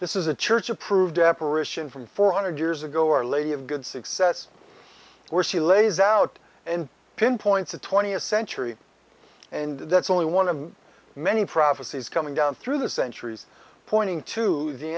this is a church approved desperation from four hundred years ago our lady of good success were she lays out and pinpoints the twentieth century and that's only one of many prophecies coming down through the centuries pointing to the